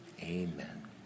amen